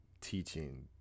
teaching